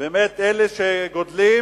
באמת אלה שגדלים